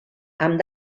amb